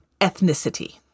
ethnicity